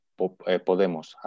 Podemos